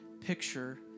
picture